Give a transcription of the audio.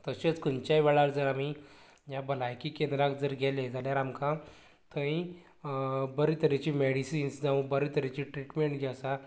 तशेंच खंयचेय वेळार जर आमी हें भलायकी केंद्राक जर गेले जाल्यार आमकां थंय बरें तरेची मेडिसिन्स जावूं बरें तरेची ट्रीटमेंट जी आसा